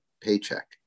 paycheck